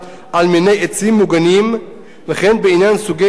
על מיני עצים מוגנים וכן בעניין סוגי עצים